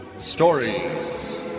Stories